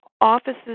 offices